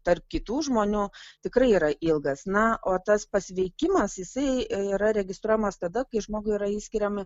tarp kitų žmonių tikrai yra ilgas na o tas pasveikimas jisai yra registruojamas tada kai žmogui yra išskiriami